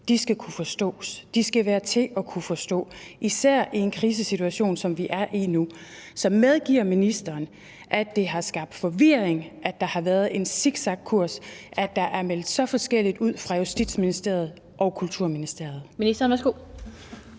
skal kunne forstås. De skal være til at forstå, især i en krisesituation som den, vi er i nu. Så medgiver ministeren, at det har skabt forvirring, at det har været en zigzagkurs, at der er meldt så forskelligt ud fra henholdsvis Justitsministeriet og Kulturministeriet?